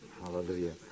Hallelujah